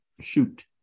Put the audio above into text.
shoot